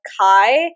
Kai